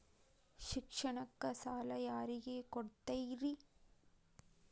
ಶಿಕ್ಷಣಕ್ಕ ಸಾಲ ಯಾರಿಗೆ ಕೊಡ್ತೇರಿ?